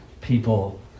people